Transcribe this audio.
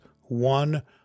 one